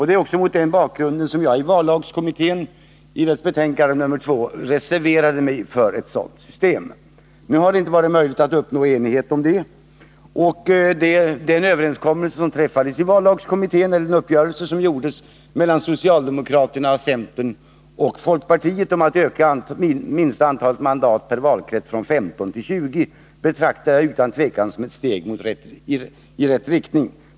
Det var också mot den bakgrunden som jag i vallagskommittén, i dess betänkande nr 2, reserverade mig för ett sådant system. Det har inte varit möjligt att uppnå enighet om detta. Uppgörelsen i vallagskommittén mellan socialdemokraterna, centern och folkpartiet om att öka minsta antalet mandat per valkrets från 15 till 20 betraktar jag utan tvekan som ett steg i rätt riktning.